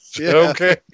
Okay